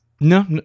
No